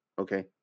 okay